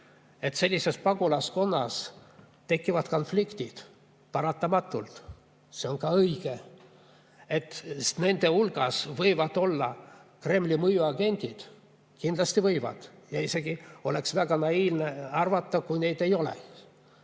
Sellises pagulaskonnas tekivad konfliktid, paratamatult – see on ka õige. Nende hulgas võivad olla Kremli mõjuagendid – kindlasti võivad, oleks isegi väga naiivne arvata, et neid ei ole.